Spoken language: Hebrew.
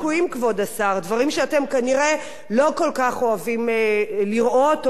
דברים שאתם כנראה לא כל כך אוהבים לראות או לשמוע עליהם.